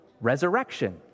resurrection